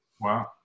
Wow